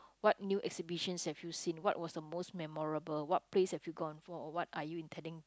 what new exhibitions have you seen what was the most memorable what place have you gone for or what are you intending to